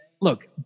look